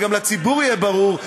וגם לציבור יהיה ברור,